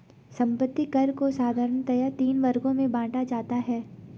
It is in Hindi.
संपत्ति कर को साधारणतया तीन वर्गों में बांटा जाता है